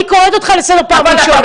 אני קוראת אותך לסדר פעם ראשונה.